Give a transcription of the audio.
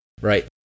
Right